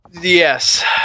Yes